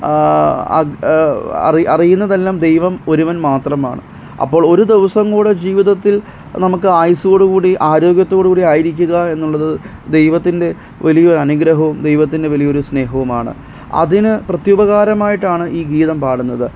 അറിയുന്നതെല്ലാം ദൈവം ഒരുവൻ മാത്രമാണ് അപ്പോൾ ഒരു ദിവസം കൂടെ ജീവിതത്തിൽ നമുക്ക് ജീവിതത്തിൽ ആയുസ്സോടുകൂടി ആരോഗ്യത്തോടുകൂടി ആയിരിക്കുക എന്നുള്ളത് ദൈവത്തിൻറെ വലിയൊരു അനുഗ്രഹവും ദൈവത്തിൻറെ വലിയ ഒരു സ്നേഹവുമാണ് അതിന് പ്രത്യുപകാരമായിട്ടാണ് ഈ ഗീതം പാടുന്നത്